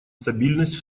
стабильность